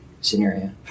scenario